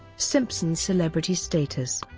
simpson's celebrity status,